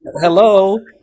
hello